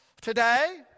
today